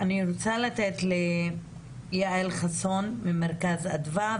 יעל חסון, מרכז אדווה,